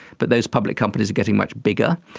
but those public companies are getting much bigger.